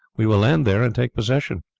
we will land there and take possession.